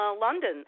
London